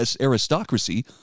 aristocracy